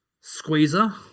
squeezer